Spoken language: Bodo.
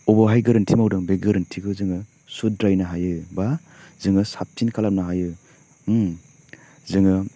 अब'हाय गोरोन्थि मावदों बे गोरोन्थिखौ जोङो सुद्रायनो हायो बा जोङो साबसिन खालामनो हायो जोङो